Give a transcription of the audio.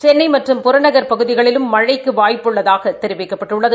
சென்னை மற்றும் புறநகர் பகுதிகளிலும் மழைக்கு வாய்ப்பு உள்ளதாக தெரிவிக்கப்பட்டுள்ளது